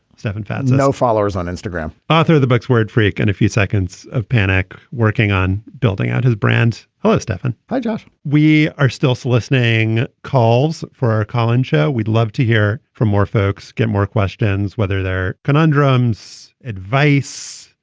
stefan fatsis. now followers on instagram. author of the books word freak and a few seconds of panic working on building out his brand. hello, stefan. hi, josh. we are still soliciting calls for our collinge. yeah we'd love to hear from more folks, get more questions, whether they're conundrums, advice,